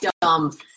dumb